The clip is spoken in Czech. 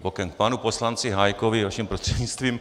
K panu poslanci Hájkovi vaším prostřednictvím.